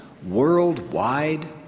Worldwide